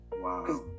Wow